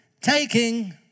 Taking